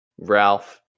Ralph